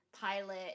pilot